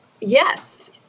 Yes